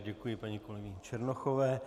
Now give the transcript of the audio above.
Děkuji paní kolegyni Černochové.